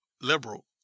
liberal